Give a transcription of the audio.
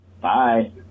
Bye